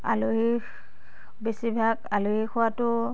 আলহী বেছিভাগ আলহী খোৱাটো